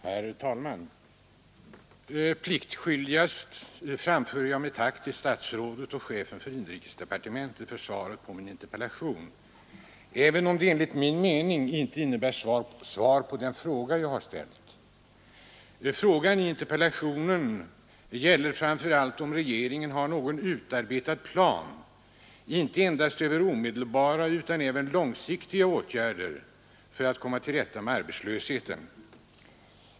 Herr talman! Pliktskyldigast framför jag mitt tack till herr statsrådet och chefen för inrikesdepartementet för svaret på min interpellation, även om det enligt min mening inte innebär något svar på den fråga jag ställt. Frågan i interpellationen gällde framför allt om regeringen har någon plan utarbetad över inte endast omedelbara utan även långsiktiga åtgärder för att komma till rätta med arbetslösheten.